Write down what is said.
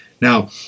Now